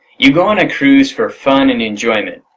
you go on a cruise for fun and enjoyment.